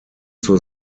zur